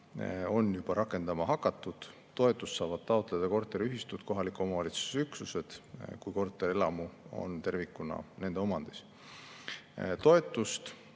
on juba rakendama hakatud. Toetust saavad taotleda korteriühistud või kohaliku omavalitsuse üksused, kui korterelamu on tervikuna nende omandis. Toetust